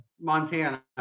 montana